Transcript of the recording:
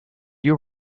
you